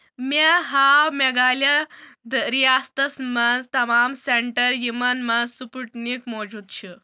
مےٚ ہاو میگھالِیا ریاستس مَنٛز تمام سینٹر یِمَن منٛز سٕپُٹنِک موٗجوٗد چھُ